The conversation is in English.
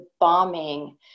bombing